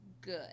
good